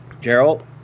gerald